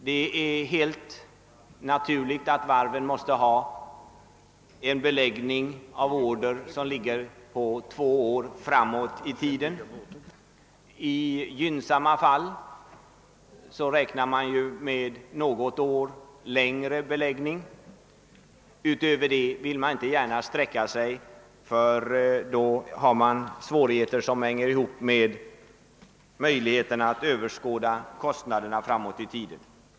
Det är med hänsyn härtill helt naturligt att varven måste ha en beläggning av order två år framåt i tiden. I gynnsamma fall räknar man med något års längre beläggning. Därutöver vill man inte gärna sträcka sig på grund av svårigheten att överblicka kostnaderna framåt i tiden.